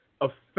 affect